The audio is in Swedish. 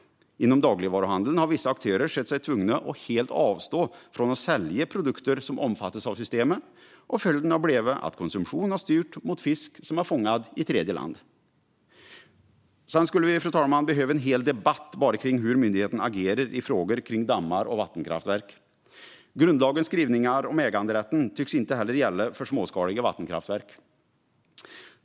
Inom dagligvaruhandeln har vissa aktörer sett sig tvungna att helt avstå ifrån att sälja produkter som omfattas av systemet. Följden har blivit att konsumtionen styrts mot fisk som är fångad i tredjeland. Fru talman! Vi skulle behöva ha en hel debatt bara om hur myndigheten agerar i frågor kring dammar och vattenkraftverk. Grundlagens skrivningar om äganderätten tycks inte gälla för småskaliga vattenkraftverk heller.